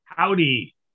Howdy